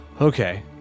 Okay